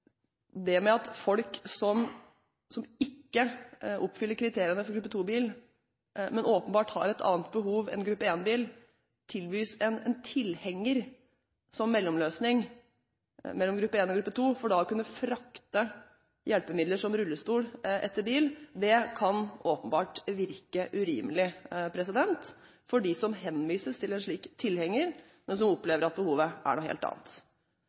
med at folk som ikke oppfyller kriteriene for gruppe 2-bil, men åpenbart har et annet behov enn gruppe 1-bil, tilbys en tilhenger som mellomløsning mellom gruppe 1 og gruppe 2 for å kunne frakte hjelpemidler, som rullestol, etter bil. Det kan åpenbart virke urimelig for dem som henvises til en slik tilhenger, men som opplever at behovet er noe helt annet.